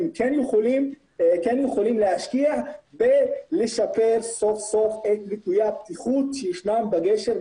הם כן יכולים להשקיע בלשפר סוף סוף את ליקויי הבטיחות שישנם בגשר,